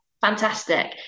Fantastic